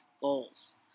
goals